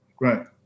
Right